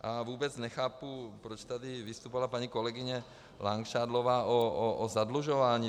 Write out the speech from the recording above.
A vůbec nechápu, proč tady vystupovala paní kolegyně Langšádlová o zadlužování.